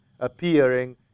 appearing